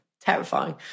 terrifying